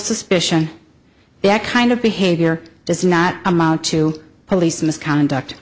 suspicion that kind of behavior does not amount to police misconduct